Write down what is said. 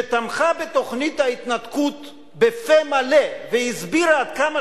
שתמכה בתוכנית ההתנתקות בפה מלא והסבירה כמה